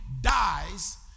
dies